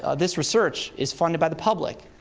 ah this research is funded by the public.